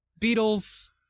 Beatles